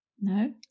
no